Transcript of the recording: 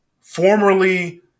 formerly